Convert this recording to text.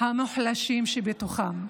המוחלשים שבתוכם.